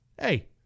Hey